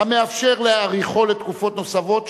המאפשר להאריכו לתקופות נוספות,